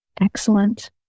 Excellent